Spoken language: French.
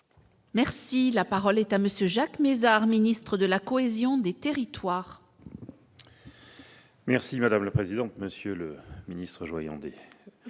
Merci, la parole est à monsieur Jacques Mézard, ministre de la cohésion des territoires. Merci madame la présidente, monsieur le ministre Joyandet,